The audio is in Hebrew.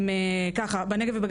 אז ככה,